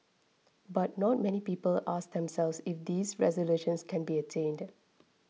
but not many people ask themselves if these resolutions can be attained